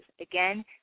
Again